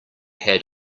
had